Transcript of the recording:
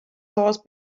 horse